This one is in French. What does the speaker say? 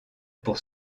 pour